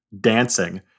dancing